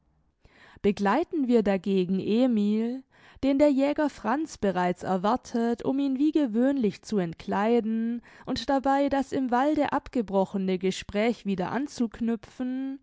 begleiten wir dagegen emil den der jäger franz bereits erwartet um ihn wie gewöhnlich zu entkleiden und dabei das im walde abgebrochene gespräch wieder anzuknüpfen